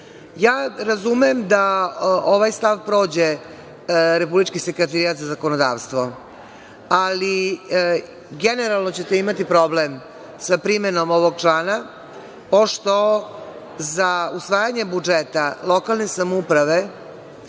da ovaj stav prođe Republički sekretarijat za zakonodavstvo, ali generalno ćete imati problem sa primenom ovog člana, pošto za usvajanje budžeta lokalne samouprave